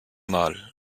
mal